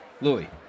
Louis